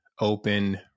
open